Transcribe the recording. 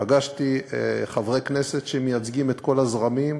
פגשתי חברי כנסת שמייצגים את כל הזרמים,